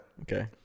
Okay